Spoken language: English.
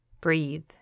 breathe